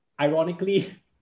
ironically